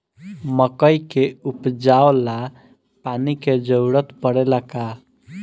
मकई के उपजाव ला पानी के जरूरत परेला का?